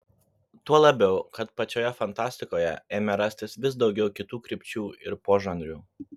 tuo labiau kad pačioje fantastikoje ėmė rastis vis daugiau kitų krypčių ir požanrių